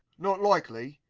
not likely.